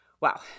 Wow